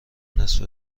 نصف